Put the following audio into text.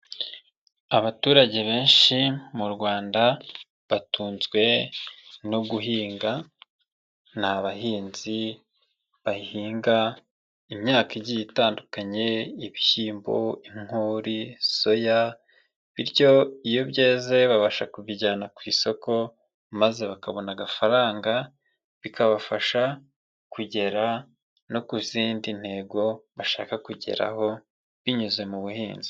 Abaturage benshi mu Rwanda batunzwe no guhinga ni abahinzi bahinga imyaka igiye itandukanye, ibishyimbo, inkori, soya, bityo iyo byeze babasha kubijyana ku isoko maze bakabona agafaranga bikabafasha kugera no ku zindi ntego bashaka kugeraho binyuze mu buhinzi.